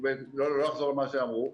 ולא אחזור על מה שאמרו,